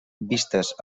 vistes